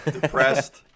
Depressed